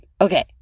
Okay